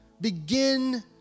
begin